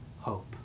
hope